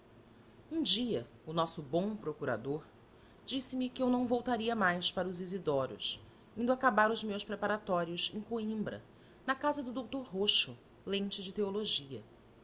um dia o nosso bom procurador disse-me que eu não voltaria mais para os isidoros indo acabar os meus preparatórios em coimbra na casa do doutor roxo lente de teologia